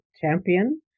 champion